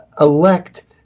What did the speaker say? elect